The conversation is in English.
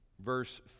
verse